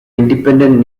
independent